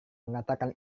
mengatakan